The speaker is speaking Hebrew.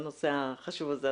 הנושא החשוב הזה,